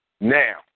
now